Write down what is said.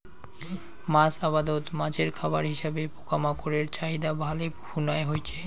মাছ আবাদত মাছের খাবার হিসাবে পোকামাকড়ের চাহিদা ভালে খুনায় হইচে